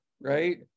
right